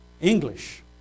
English